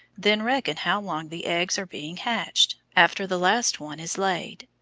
then reckon how long the eggs are being hatched, after the last one is laid.